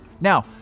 Now